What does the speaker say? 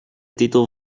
titel